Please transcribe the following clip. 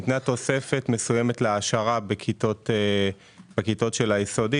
וניתנה תוספת מסוימת להעשרה בכיתות של היסודי,